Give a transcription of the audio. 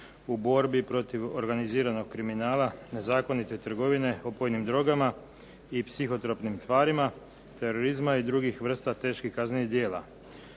borbe protiv organiziranog kriminala, nezakonite trgovine drogama i borbe protiv terorizma kao i drugih vrsta teških kaznenih djela.